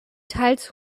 teils